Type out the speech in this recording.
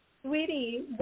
Sweetie